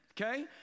okay